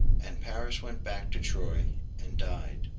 and paris went back to troy and died.